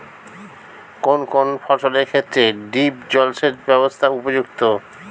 কোন কোন ফসলের ক্ষেত্রে ড্রিপ জলসেচ ব্যবস্থা উপযুক্ত?